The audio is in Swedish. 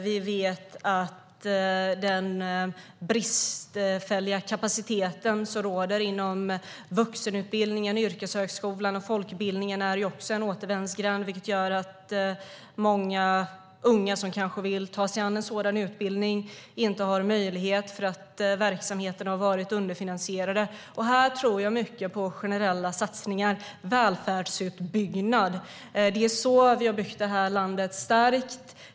Vi vet att den bristfälliga kapacitet som råder inom vuxenutbildningen, yrkeshögskolan och folkbildningen gör att också dessa blir återvändsgränder, vilket gör att många unga som vill ta sig an sådana utbildningar inte har möjlighet därför att verksamheterna har varit underfinansierade. Här tror jag mycket på generella satsningar - välfärdsutbyggnad. Det är så vi har byggt det här landet starkt.